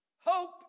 Hope